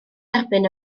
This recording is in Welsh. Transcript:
derbyn